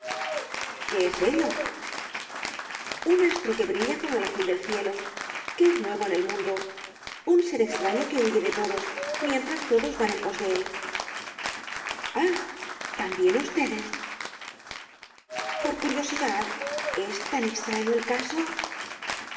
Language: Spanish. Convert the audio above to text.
qué es ello rosalía de castro un astro que brilla como el azul del cielo y que es nuevo en el mundo un ser extraño que huye de todos mientras todos van en pos de él ah también ustedes por curiosidad es tan extraño el caso